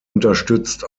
unterstützt